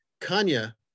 Kanya